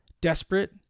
Desperate